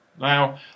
Now